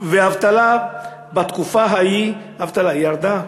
והאבטלה בתקופה ההיא ירדה,